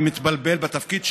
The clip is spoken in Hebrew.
מתבלבל בתפקיד שלו.